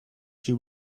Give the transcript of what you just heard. she